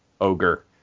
ogre